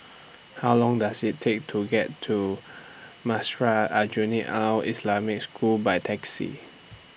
How Long Does IT Take to get to Madrasah Aljunied Al Islamic School By Taxi